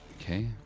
Okay